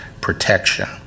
protection